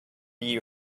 you